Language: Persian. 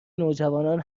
نوجوانان